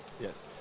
Yes